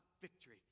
victory